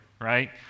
right